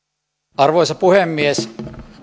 arvoisa puhemies